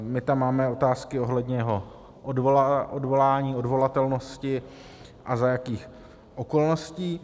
My tam máme otázky ohledně jeho odvolání, odvolatelnosti a za jakých okolností.